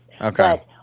okay